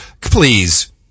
Please